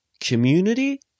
community